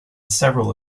several